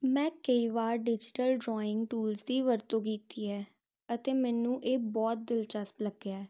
ਮੈਂ ਕਈ ਵਾਰ ਡਿਜੀਟਲ ਡਰਾਇੰਗ ਟੂਲਸ ਦੀ ਵਰਤੋਂ ਕੀਤੀ ਹੈ ਅਤੇ ਮੈਨੂੰ ਇਹ ਬਹੁਤ ਦਿਲਚਸਪ ਲੱਗਿਆ